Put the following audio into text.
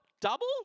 double